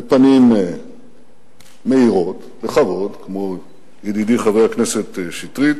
בפנים מאירות, בכבוד, כמו ידידי חבר הכנסת שטרית,